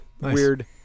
Weird